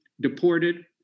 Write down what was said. deported